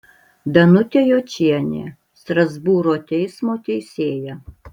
danutė jočienė strasbūro teismo teisėja